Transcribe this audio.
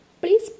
Please